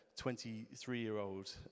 23-year-old